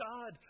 God